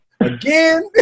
Again